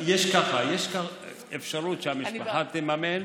יש אפשרות שהמשפחה תממן,